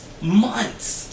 months